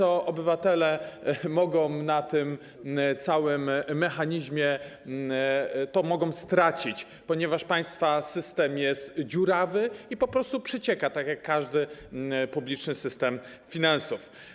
Obywatele na tym całym mechanizmie mogą jedynie stracić, ponieważ państwa system jest dziurawy i po prostu przecieka, tak jak każdy publiczny system finansów.